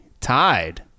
tied